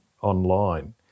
online